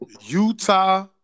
Utah